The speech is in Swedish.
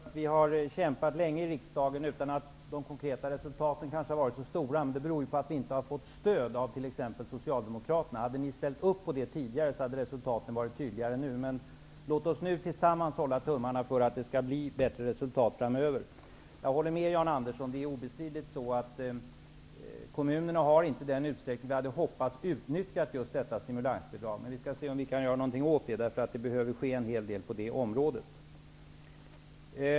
Herr talman! När det gäller detta med eget rum, är det sant att vi har kämpat länge i riksdagen utan att de konkreta resultaten kanske har varit så stora. Det beror ju på att vi inte har fått stöd av t.ex. Socialdemokraterna. Om ni hade ställt upp på det tidigare, hade resultaten varit tydligare nu. Låt oss nu tillsammans hålla tummarna för att det skall bli bättre resultat framöver. Jag håller med Jan Andersson om att det obestridligt är så att kommunerna inte har utnyttjat detta stimulansbidrag i den utsträckning som vi hade hoppats. Vi skall se om vi kan göra något åt det. Det behöver ske en hel del på det området.